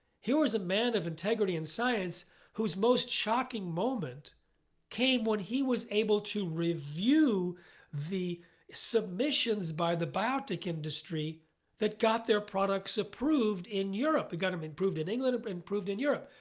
he was a man of integrity and science who's most shocking moment came when he was able to review the submissions by the biotech industry that got their products approved in europe. it got them approved in england but and approved in europe.